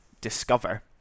discover